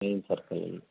main circle ಅಲ್ಲಿ